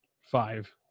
five